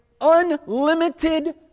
unlimited